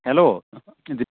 hello